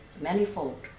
manifold